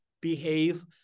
behave